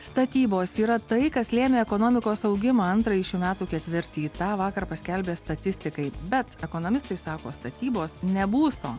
statybos yra tai kas lėmė ekonomikos augimą antrąjį šių metų ketvirtį tą vakar paskelbė statistikai bet ekonomistai sako statybos ne būsto